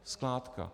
Skládka.